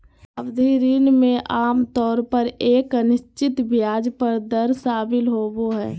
सावधि ऋण में आमतौर पर एक अनिश्चित ब्याज दर शामिल होबो हइ